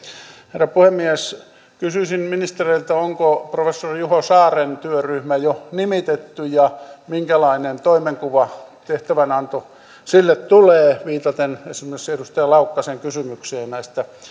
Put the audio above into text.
herra puhemies kysyisin ministereiltä onko professori juho saaren työryhmä jo nimitetty ja minkälainen toimenkuva tehtävänanto sille tulee viitaten esimerkiksi edustaja laukkasen kysymykseen